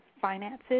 finances